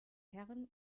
herren